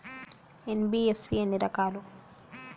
NBFC ఎన్ని రకాలు?